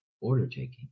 order-taking